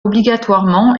obligatoirement